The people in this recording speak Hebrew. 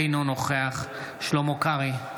אינו נוכח שלמה קרעי,